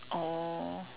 oh